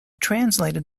translated